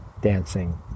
dancing